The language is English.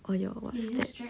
all your what stats